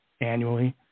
annually